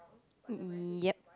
yep